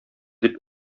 дип